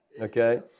Okay